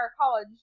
college